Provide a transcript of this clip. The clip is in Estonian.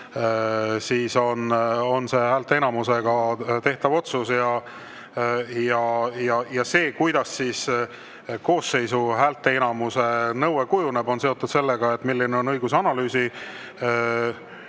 siis on see häälteenamusega tehtav otsus. Ja see, kuidas koosseisu häälteenamuse nõue kujuneb, on seotud sellega, milline on õigus‑